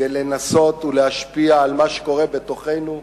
כדי לנסות ולהשפיע על מה שקורה בתוכנו?